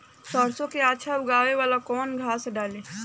सरसो के अच्छा उगावेला कवन खाद्य डाली?